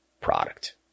product